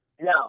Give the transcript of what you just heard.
No